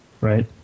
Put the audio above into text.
right